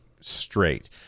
straight